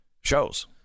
shows